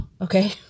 Okay